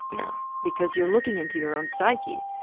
yeah. because you're looking into your own psyche.